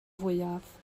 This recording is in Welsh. fwyaf